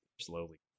Slowly